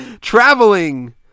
traveling